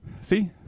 see